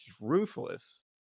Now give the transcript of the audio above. ruthless